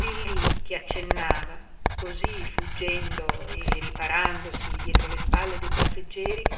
lillí che accennava cosí fuggendo e riparandosi dietro le spalle dei passeggeri